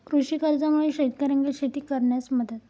कृषी कर्जामुळा शेतकऱ्यांका शेती करण्यास मदत